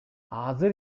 азыр